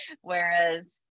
Whereas